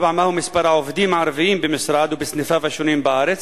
4. מהו מספר העובדים הערבים במשרד ובסניפיו השונים בארץ?